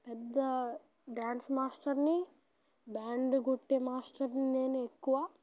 పెద్ద డ్యాన్స్ మాస్టర్ని బ్యాండ్ కొట్టే మాస్టర్ని నేనే ఎక్కువ